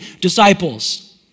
disciples